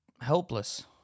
helpless